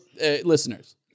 listeners